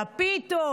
לפיתות,